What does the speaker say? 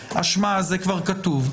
אשמה, זה כבר כתוב.